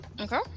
Okay